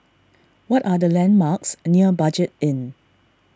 what are the landmarks near Budget Inn